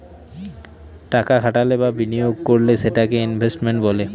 টাকা খাটালে বা বিনিয়োগ করলে সেটাকে ইনভেস্টমেন্ট বলে